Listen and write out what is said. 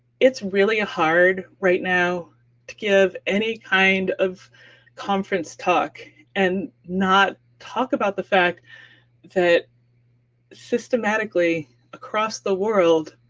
it's really hard right now to give any kind of conference talk and not talk about the fact that systematically across the world